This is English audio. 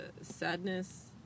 sadness